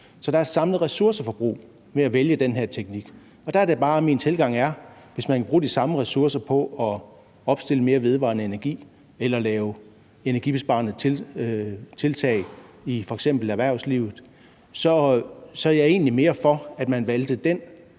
Så der er et samlet ressourceforbrug ved at vælge den her teknik. Der er min tilgang bare, at hvis man kan bruge de samme ressourcer på at opstille mere vedvarende energi eller lave energibesparende tiltag i f.eks. erhvervslivet, så er jeg egentlig mere for, at man valgte den